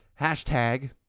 hashtag